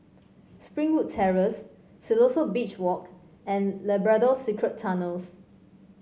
Springwood Terrace Siloso Beach Walk and Labrador Secret Tunnels